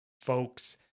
folks